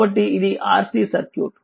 కాబట్టి ఇది RC circuit